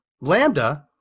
Lambda